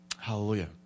Hallelujah